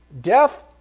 Death